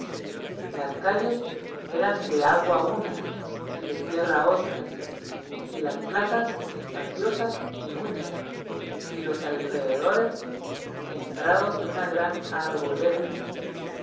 las calles eran de agua unas y de tierra otras y las plazas espaciosas y muchas y los alrededores sembrados de una gran arboleda